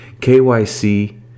KYC